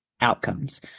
outcomes